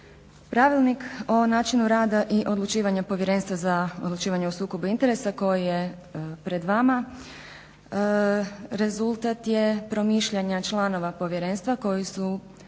Pravilnik o načinu rada i odlučivanja Povjerenstva za odlučivanje o sukobu interesa koji je pred vama rezultat je promišljanja članova povjerenstva koji su